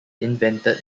invented